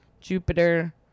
Jupiter